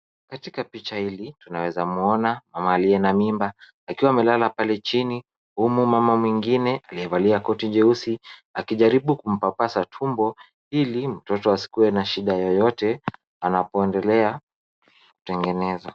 Katika picha hili tunaweza muona mama aliye na mimba, akiwa amelala pale chini humu mama mwingine aliyevalia koti jeusi, akijaribu kumpapasa tumbo ili mtoto asikuwe na shida yoyote, anapoendelea kutengeneza.